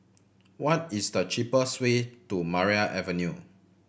what is the cheapest way to Maria Avenue